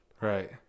right